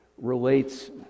relates